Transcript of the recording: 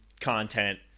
content